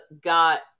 got